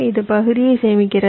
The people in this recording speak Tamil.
இது பகுதியை சேமிக்கிறது